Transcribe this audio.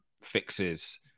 fixes